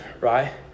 right